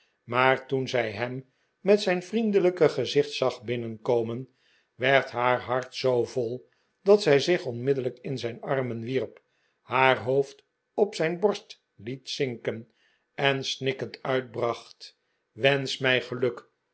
maar toen zij hem met zijn vriendelijke gezicht zag binnenkomen werd haar hart zoo vol dat zij zich onmiddellijk in zijn armen wierp haar hoofd op zijn borst liet zinken en snikkend uitbracht wensch mij geluk